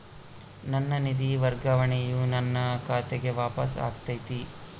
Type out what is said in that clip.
ನನ್ನ ನಿಧಿ ವರ್ಗಾವಣೆಯು ನನ್ನ ಖಾತೆಗೆ ವಾಪಸ್ ಆಗೈತಿ